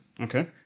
Okay